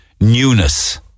newness